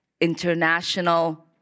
international